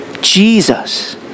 Jesus